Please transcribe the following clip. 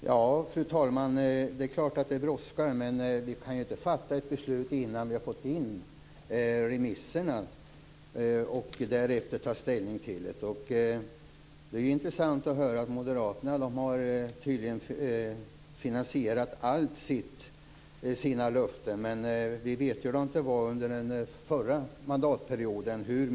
Fru talman! Det är klart att det brådskar, men vi kan inte ta ställning och fatta beslut innan vi har fått in remissyttrandena. Det är intressant att höra att moderaterna har finansierat alla sina löften, men vi vet hur mycket ni lånade under den förra mandatperioden.